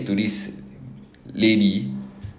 to this lady